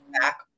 back